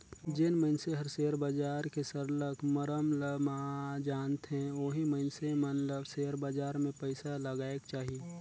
जेन मइनसे हर सेयर बजार के सरलग मरम ल जानथे ओही मइनसे मन ल सेयर बजार में पइसा लगाएक चाही